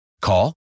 call